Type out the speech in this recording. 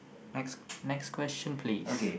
next next question please